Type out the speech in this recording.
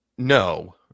No